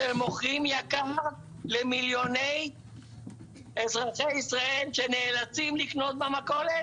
שמוכרים למיליוני אזרחי ישראל שנאלצים לקנות במכולת